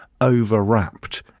overwrapped